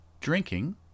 drinking